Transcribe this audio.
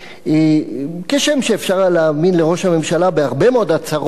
כשם שאי-אפשר להאמין לראש הממשלה בהרבה מאוד הצהרות והבטחות,